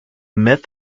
myth